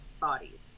bodies